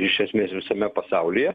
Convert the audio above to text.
iš esmės visame pasaulyje